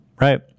Right